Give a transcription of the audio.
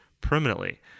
permanently